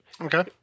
okay